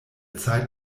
zeit